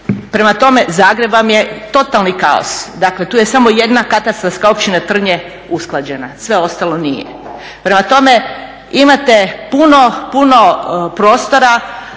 prema tome, Zagreb vam je totalni kaos, dakle tu je samo jedna katastarska općina Trnje usklađena sve ostalo nije. Prema tome, imate puno, puno prostora